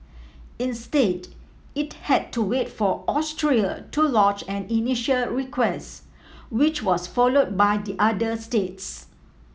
instead it had to wait for Austria to lodge an initial request which was followed by the other states